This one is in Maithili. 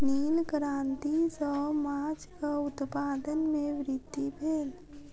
नील क्रांति सॅ माछक उत्पादन में वृद्धि भेल